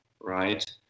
right